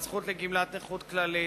הזכות לגמלת נכות כללית,